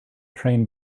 train